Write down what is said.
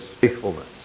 faithfulness